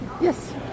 Yes